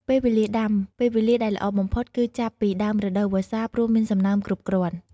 ពេលវេលាដាំ ពេលវេលាដែលល្អបំផុតគឺចាប់ពីដើមរដូវវស្សា ព្រោះមានសំណើមគ្រប់គ្រាន់។